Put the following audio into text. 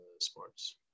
sports